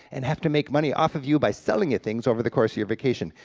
and have to make money off of you by selling you things over the course of your vacation.